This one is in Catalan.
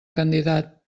candidat